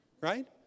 right